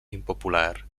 impopular